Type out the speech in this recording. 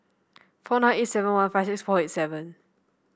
four nine eight seven one five six four eight seven